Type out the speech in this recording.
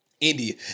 India